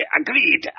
agreed